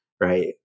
right